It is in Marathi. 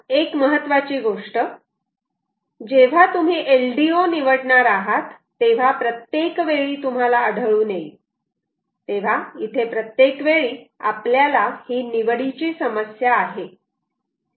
आता एक महत्त्वाची गोष्ट जेव्हा तुम्ही LDO निवडणार आहात तेव्हा प्रत्येक वेळी तुम्हाला आढळून येईल तेव्हा इथे प्रत्येक वेळी आपल्याला ही निवडीची समस्या आहे